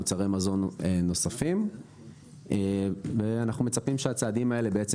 מוצרי מזון נוספים ואנחנו מצפים שהצעדים האלה בעצם